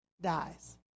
dies